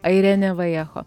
airenė vajecho